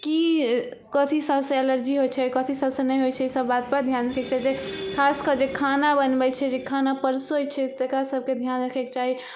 की कथी सबसँ एलर्जी होइ छै कथी सबसँ नहि होइ छै ई सब बात पर ध्यान रक्खेके चाही खास कऽ जे खाना बनबै छै जे खाना परसै छै तेकरा सबके ध्यान रक्खेके चाही